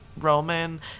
Roman